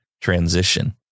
transition